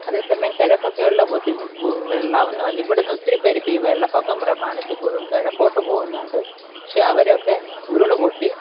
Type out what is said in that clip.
അതേ സമയം കിഴക്കൊക്കെ ഉള്ള ബുദ്ധി ബു വെള്ളമെന്നു പറഞ്ഞാൽ ഇവിടെ നിന്ന് ഒത്തിരി പേരിപ്പോൾ ഈ വെള്ളപ്പൊക്കം പ്രമാണിച്ച് ഇപ്പോഴും കിഴക്കോട്ടു പോകുന്നുണ്ട് പക്ഷെ അവരൊക്കെ ഉരുൾ പൊട്ടി